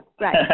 right